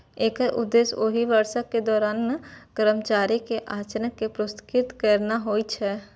एकर उद्देश्य ओहि वर्षक दौरान कर्मचारी के आचरण कें पुरस्कृत करना होइ छै